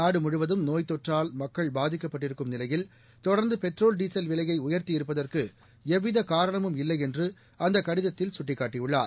நாடுமுழுவதும் நோய்த் தொற்றால் மக்கள் பாதிக்கப்பட்டிருக்கும் நிலையில் தொடர்ந்து பெட்ரோல் டீசல் விலையை உயர்த்தியிருப்பதற்கு எந்தவித காரணமும் இல்லை என்று அந்தக் கடிதத்தில் சுட்டிக்காட்டியுள்ளார்